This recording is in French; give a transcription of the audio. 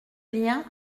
lien